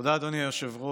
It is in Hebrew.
תודה, אדוני היושב-ראש.